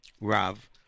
Rav